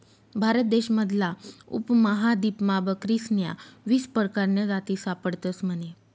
भारत देश मधला उपमहादीपमा बकरीस्न्या वीस परकारन्या जाती सापडतस म्हने